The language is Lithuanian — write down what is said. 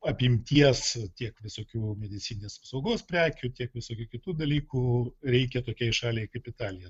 apimties tiek visokių medicininės saugos prekių tiek visokių kitų dalykų reikia tokiai šaliai kaip italija